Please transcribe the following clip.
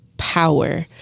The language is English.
Power